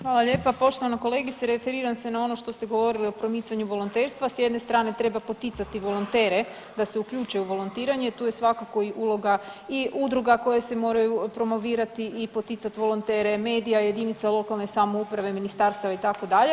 Hvala lijepa poštovana kolegice, referiram se na ono što ste govorili o promicanju volonterstva, s jedne strane treba poticati volontere da se uključe u volontiranje, tu je svakako i uloga i udruga koje se moraju promovirati i poticati volontere, medija, jedinice lokalne samouprave, ministarstava, itd.